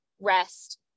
rest